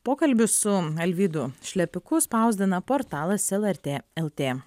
pokalbį su alvydu šlepiku spausdina portalas lrt lt